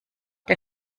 der